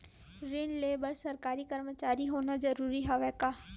ऋण ले बर सरकारी कर्मचारी होना जरूरी हवय का?